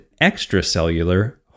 extracellular